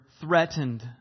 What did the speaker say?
threatened